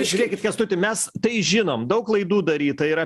žiūrėkit kęstuti mes tai žinom daug klaidų daryta yra